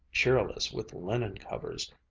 cheerless with linen-covers,